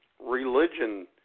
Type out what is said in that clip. Religion